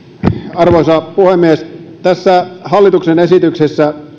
arvoisa puhemies tässä hallituksen esityksessä